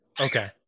Okay